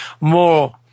more